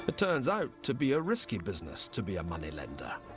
but turns out to be a risky business to be a moneylender.